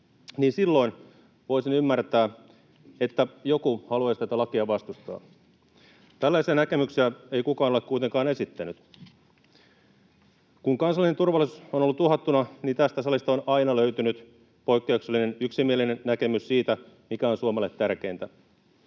silloin voisin ymmärtää, että joku haluaisi tätä lakia vastustaa. Tällaisia näkemyksiä ei kukaan ole kuitenkaan esittänyt. Kun kansallinen turvallisuus on ollut uhattuna, niin tästä salista on aina löytynyt poikkeuksellisen yksimielinen näkemys siitä, mikä on Suomelle tärkeintä.